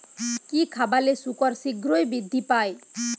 কি খাবালে শুকর শিঘ্রই বৃদ্ধি পায়?